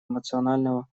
эмоционально